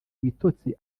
ibitotsi